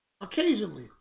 occasionally